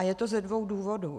Je to ze dvou důvodů.